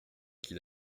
qu’il